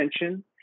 attention